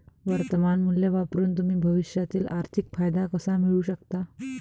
वर्तमान मूल्य वापरून तुम्ही भविष्यातील आर्थिक फायदा कसा मिळवू शकता?